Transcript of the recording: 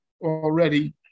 already